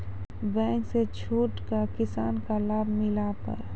Bank से छूट का किसान का लाभ मिला पर?